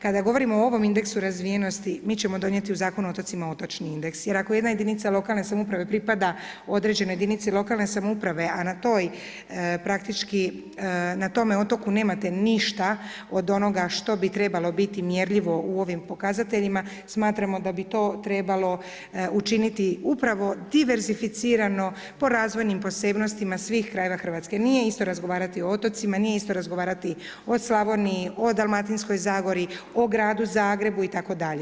Kada govorimo o ovom indeksu razvijenosti mi ćemo donijeti u Zakonu o otocima otočni indeks jer ako jedna jedinica lokalne samouprave pripada određenoj jedinici lokalne samouprave a praktički na tom otoku nemate ništa od onoga što bi trebalo biti mjerljivo u ovim pokazateljima smatramo da bi to trebalo učiniti upravo diverzificirano po razvojnim posebnostima svih krajeva Hrvatske jer nije isto razgovarati o otocima, nije isto razgovarati o Slavoniji, o Dalmatinskoj zagori, o Gradu Zagrebu itd.